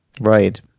Right